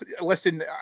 listen